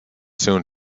soon